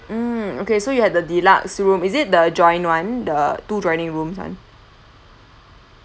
mm okay so you had the deluxe room is it the joint [one] the two joining rooms [one]